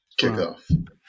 Kickoff